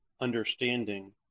understanding